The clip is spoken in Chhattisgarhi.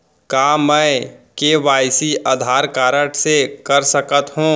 का मैं के.वाई.सी आधार कारड से कर सकत हो?